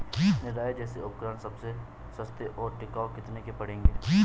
निराई जैसे उपकरण सबसे सस्ते और टिकाऊ कितने के पड़ेंगे?